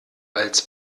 als